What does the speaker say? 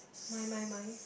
my my my